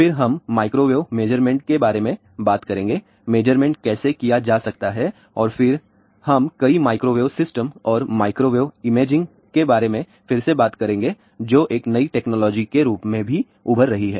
फिर हम microwave measurement के बारे में बात करेंगे मेजरमेंट कैसे किया जा सकता है और फिर हम कई माइक्रोवेव सिस्टम और माइक्रोवेव इमेजिंग के बारे में फिर से बात करेंगे जो एक नई टेक्नोलॉजी के रूप में भी उभर रही है